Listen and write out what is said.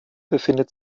befindet